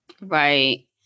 Right